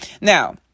Now